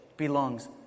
Belongs